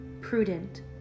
prudent